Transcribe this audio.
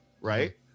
Right